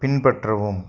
பின்பற்றவும்